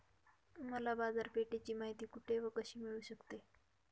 मला बाजारपेठेची माहिती कुठे व कशी मिळू शकते?